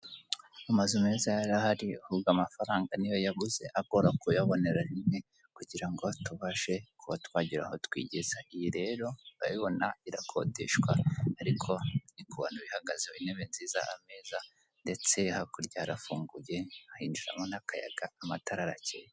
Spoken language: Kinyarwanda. Amazu meza yo arahari ahubwo amafaranga ni yo yabuze agora kuyabonera rimwe kugira ngo tubashe kuba twagira aho twigeza. Iyi rero urabibona irakodeshwa ariko ni ku bantu bihagazeho, intebe nziza, ameza ndetse hakurya harafunguye, hinjiramo n'akayaga, amatara arakeye.